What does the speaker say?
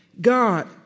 God